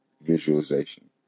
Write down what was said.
visualization